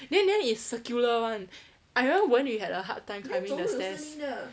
then then it's circular [one] I remember wenyu had a hard time climbing the stairs